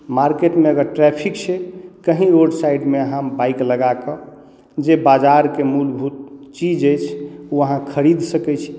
market मे अगर traffic छै कहीं रोड साइडमे अहाँ बाइक लगाके जे बाजार के मूलभूत चीज अछि ओ अहाँ खरीद सकै छी